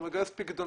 הוא מגייס פיקדונות.